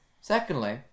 Secondly